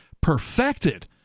perfected